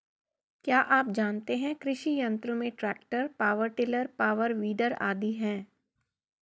क्या आप जानते है कृषि यंत्र में tractor, power tiller, power weeder आदि है?